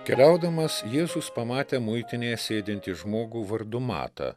keliaudamas jėzus pamatė muitinėje sėdintį žmogų vardu matą